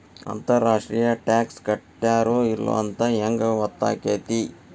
ಅಂತರ್ ರಾಷ್ಟ್ರೇಯ ಟಾಕ್ಸ್ ಕಟ್ಟ್ಯಾರೋ ಇಲ್ಲೊಂತ್ ಹೆಂಗ್ ಹೊತ್ತಾಕ್ಕೇತಿ?